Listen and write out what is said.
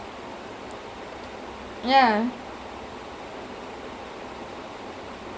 serious eh that's nice sia I also the indian muslim auntie to make biryani for me